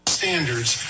standards